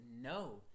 no